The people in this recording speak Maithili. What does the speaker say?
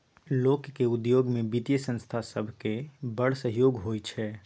लोकक उद्योग मे बित्तीय संस्था सभक बड़ सहयोग होइ छै